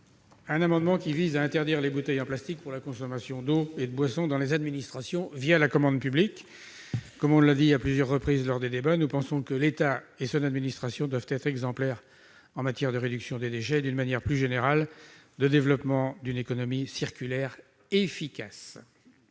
Cet amendement vise à interdire les bouteilles en plastique pour la consommation d'eau et de boisson dans les administrations via la commande publique. Comme cela a été dit à plusieurs reprises au cours des débats, nous pensons que l'État et l'administration doivent être exemplaires en matière de réduction des déchets et, de manière plus générale, de développement d'une économie circulaire efficace.